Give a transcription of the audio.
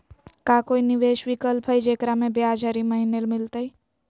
का कोई निवेस विकल्प हई, जेकरा में ब्याज हरी महीने मिलतई?